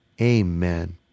amen